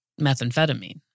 methamphetamine